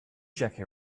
jackie